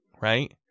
right